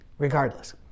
Regardless